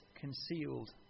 concealed